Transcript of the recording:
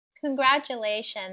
Congratulations